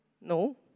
No